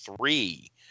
three